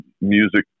music